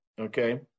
Okay